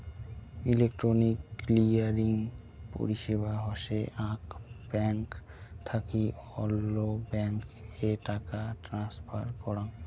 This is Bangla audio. ইলেকট্রনিক ক্লিয়ারিং পরিষেবা হসে আক ব্যাঙ্ক থাকি অল্য ব্যাঙ্ক এ টাকা ট্রান্সফার করাঙ